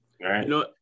right